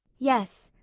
yes,